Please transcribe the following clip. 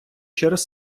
через